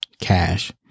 Cash